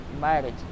marriage